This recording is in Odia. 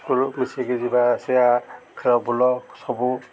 ସ୍କୁଲ ମିଶିକି ଯିବା ଆସିବା ଖେଳ ବୁଲା ସବୁ